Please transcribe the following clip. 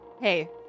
Hey